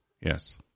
Yes